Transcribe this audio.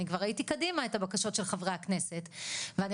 אני כבר ראיתי קדימה את הבקשות של חברי הכנסת ואני